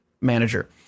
manager